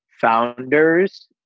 founders